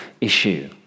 issue